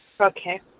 okay